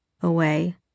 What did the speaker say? away